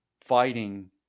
fighting